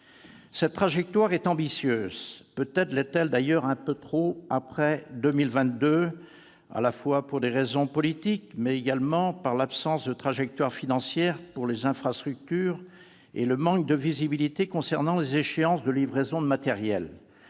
Cette trajectoire est ambitieuse et des interrogations subsistent pour la période après 2022, à la fois pour des raisons politiques, mais également du fait de l'absence de trajectoire financière pour les infrastructures et le manque de visibilité concernant les échéances de livraison de matériel.